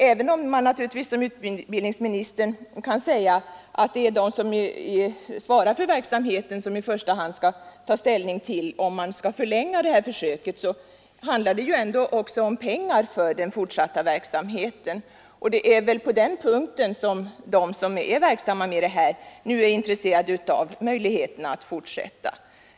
Även om man naturligtvis som utbildningsminstern kan säga att det är de som svarar för verksamheten som i första hand skall ta ställning till om man skall förlänga det här försöket så handlar det ju ändå också om pengar för den fortsatta verksamheten, och det är på den punkten som de som sysslar med den här verksamheten är intresserade av möjligheterna att fortsätta.